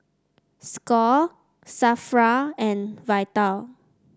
Score Safra and Vital